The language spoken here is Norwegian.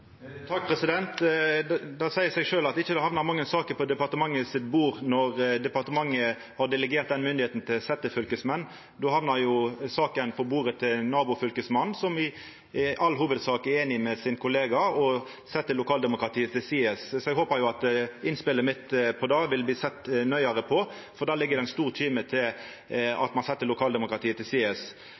Det åpnes for oppfølgingsspørsmål – først Helge André Njåstad. Det seier seg sjølv at det ikkje hamnar mange saker på bordet til departementet når departementet har delegert myndigheita til setjefylkesmenn. Då hamnar saka på bordet til nabofylkesmannen, som i all hovudsak er einig med kollegaen sin og set lokaldemokratiet til sides. Eg håpar at innspelet mitt om det blir sett nøyare på, for der ligg det ein stor kime til at ein set lokaldemokratiet til sides.